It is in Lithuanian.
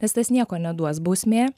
nes tas nieko neduos bausmė